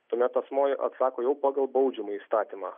tuomet asmuo atsako jau pagal baudžiamąjį įstatymą